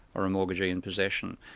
or a mortgagee in possession.